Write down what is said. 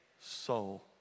soul